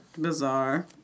bizarre